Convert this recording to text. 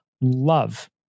love